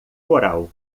coral